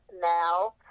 now